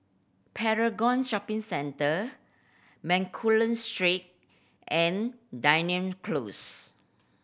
Paragon Shopping Centre Bencoolen Street and Dunearn Close